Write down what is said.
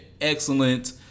excellent